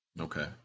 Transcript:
Okay